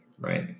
right